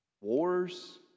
wars